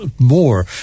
more